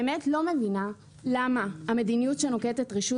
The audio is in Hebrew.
באמת לא מבינה למה המדיניות שנוקטת רשות